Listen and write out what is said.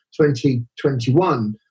2021